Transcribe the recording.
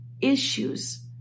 issues